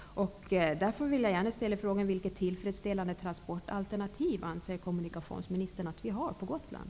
Jag vill därför gärna fråga: Vilket tillfredsställande transportalternativ anser kommunikationsministern att det finns till Gotland?